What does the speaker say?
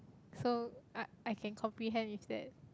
so I I can comprehend with that